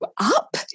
up